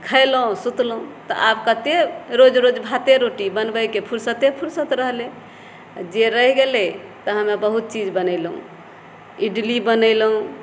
खयलहुँ सुतलहुँ तऽ आब कते रोज रोज भाते रोटी बनबैके फ़ुरसते फ़ुरसते रहलै जे रहि गेलै ओहिमे बहुत चीज बनेलहुँ इडली बनेलहुँ